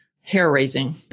hair-raising